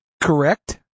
Correct